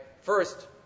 First